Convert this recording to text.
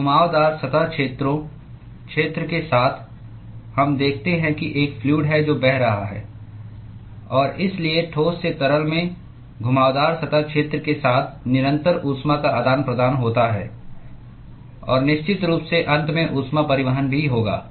तो घुमावदार सतह क्षेत्रों क्षेत्र के साथ हम देखते हैं कि एक फ्लूअड है जो बह रहा है और इसलिए ठोस से तरल में घुमावदार सतह क्षेत्र के साथ निरंतर ऊष्मा का आदान प्रदान होता है और निश्चित रूप से अंत में ऊष्मा परिवहन भी होगा